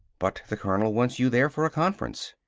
but the colonel wants you there for a conference.